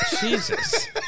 Jesus